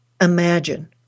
imagine